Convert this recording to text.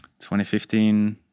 2015